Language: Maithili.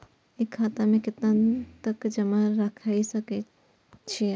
एक खाता में केतना तक जमा राईख सके छिए?